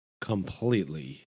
completely